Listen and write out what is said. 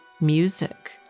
music